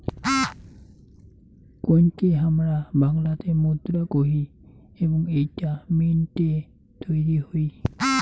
কোইনকে হামরা বাংলাতে মুদ্রা কোহি এবং এইটা মিন্ট এ তৈরী হই